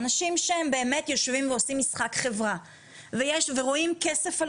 אנשים שבאמת יושבים ועושים משחק חברה ורואים כסף על